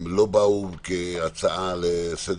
הם לא היו כאן בדיון